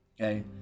okay